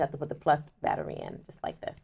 you have to put the plus battery in just like th